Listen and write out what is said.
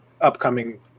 upcoming